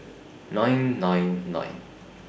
nine nine nine